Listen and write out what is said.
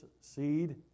seed